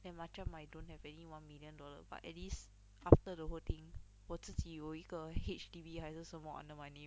then macam like I don't have any one million dollar but at least after the whole thing 我自己有一个 H_D_B 还是什么 under my name